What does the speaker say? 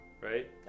right